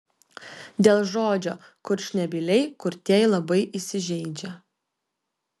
dėl žodžio kurčnebyliai kurtieji labai įsižeidžia